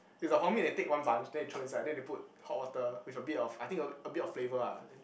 it's a they take one bunch then they throw inside then they put hot water with a bit of I think a a bit of flavour ah then